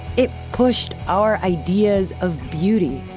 it pushed our ideas of beauty,